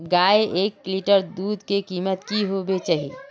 गायेर एक लीटर दूधेर कीमत की होबे चही?